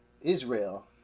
israel